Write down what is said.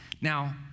Now